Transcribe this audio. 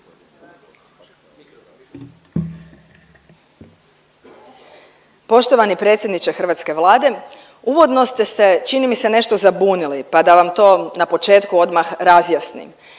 Poštovani predsjedniče hrvatske Vlade, uvodno ste se, čini mi se nešto zabunili pa da vam to na početku odmah razjasnim.